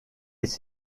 its